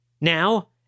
now